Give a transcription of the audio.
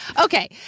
Okay